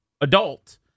adult